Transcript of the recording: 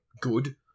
good